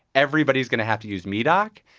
everybody's going to have to use medoc.